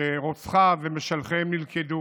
שרוצחיו ומשלחיהם נלכדו,